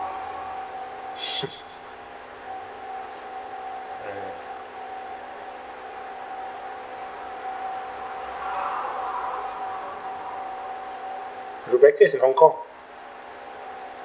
aye rebecca is in hong kong